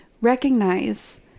recognize